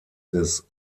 des